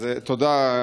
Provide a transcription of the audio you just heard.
תודה,